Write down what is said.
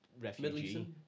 refugee